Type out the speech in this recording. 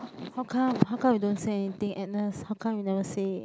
how come how come you don't say anything Agnes how come you never say